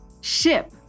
ship